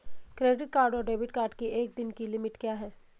Credit card और debit card की एक दिन की लिमिट क्या है?